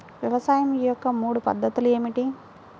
వ్యవసాయం యొక్క మూడు పద్ధతులు ఏమిటి?